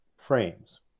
frames